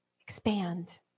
expand